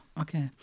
okay